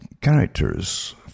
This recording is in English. characters